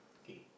okay